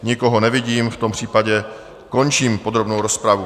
Nikoho nevidím, v tom případě končím podrobnou rozpravu.